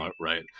right